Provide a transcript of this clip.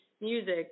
music